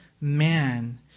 man